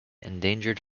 endangered